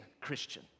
Christian